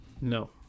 No